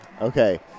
Okay